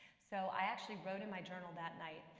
so i actually wrote in my journal that night,